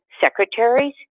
secretaries